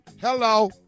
Hello